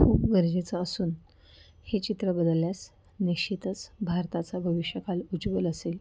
खूप गरजेचं असून हे चित्र बदलल्यास निश्चितच भारताचा भविष्यकाल उज्वल असेल